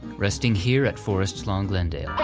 resting here at forest lawn glendale.